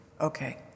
Okay